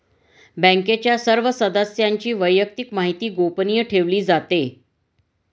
बँकेच्या सर्व सदस्यांची वैयक्तिक माहिती गोपनीय ठेवली जाते